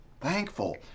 thankful